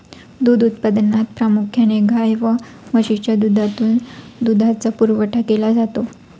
दूध उत्पादनात प्रामुख्याने गाय व म्हशीच्या दुधातून दुधाचा पुरवठा केला जातो